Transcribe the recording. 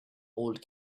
old